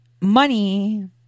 money